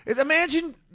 Imagine